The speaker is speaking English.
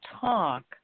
talk